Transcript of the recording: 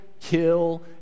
kill